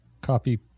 Copy